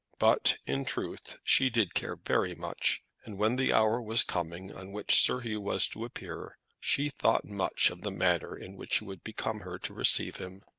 but, in truth, she did care very much, and when the hour was coming on which sir hugh was to appear, she thought much of the manner in which it would become her to receive him.